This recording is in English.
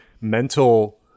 mental